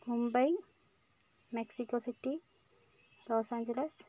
Mumbai Mexico City Los Angeles